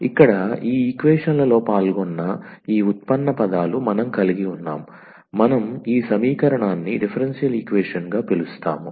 ఇక్కడ ఈ ఈక్వేషన్లలో పాల్గొన్న ఈ ఉత్పన్న పదాలు మనం కలిగి ఉన్నాం మనం ఈ సమీకరణాన్ని డిఫరెన్షియల్ ఈక్వేషన్ గా పిలుస్తాము